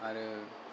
आरो